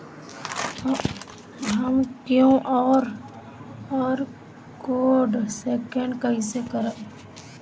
हम QR code scan कइसे करब?